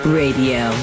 radio